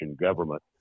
government